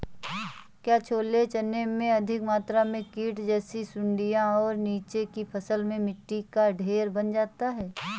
क्या छोले चने में अधिक मात्रा में कीट जैसी सुड़ियां और नीचे की फसल में मिट्टी का ढेर बन जाता है?